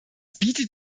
bietet